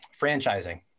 franchising